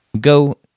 Go